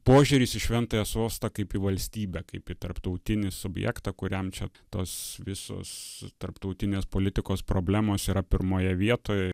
požiūris į šventąją sostą kaip į valstybę kaip į tarptautinį subjektą kuriam čia tos visos tarptautinės politikos problemos yra pirmoje vietoje